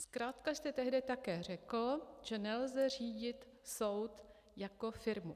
Zkrátka jste tehdy také řekl, že nelze řídit soud jako firmu.